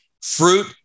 Fruit